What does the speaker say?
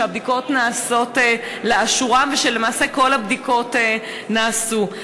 שהבדיקות נעשות לאשורן ושלמעשה כל הבדיקות נעשו.